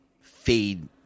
fade